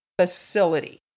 facility